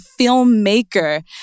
filmmaker